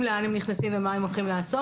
לאן הם נכנסים ומה הם הולכים לעשות.